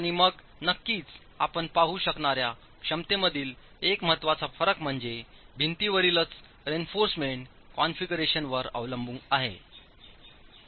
आणि मग नक्कीच आपण पाहू शकणार्या क्षमतेमधील एक महत्त्वाचा फरक म्हणजे भिंतीवरीलच रेइन्फॉर्समेंट कॉन्फिगरेशनवर अवलंबून आहे